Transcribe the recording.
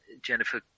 Jennifer